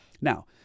Now